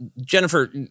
jennifer